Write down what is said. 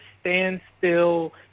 standstill